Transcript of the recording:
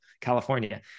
California